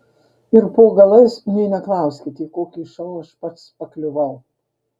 ir po galais nė neklauskit į kokį šou aš pats pakliuvau